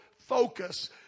focus